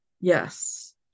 yes